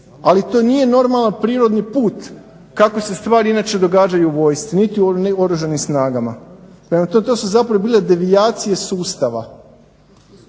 ali to nije normalan prirodni put kako se stvari inače događaju u vojsci niti u oružanim snagama. Prema tome to su zapravo bile devijacije sustava,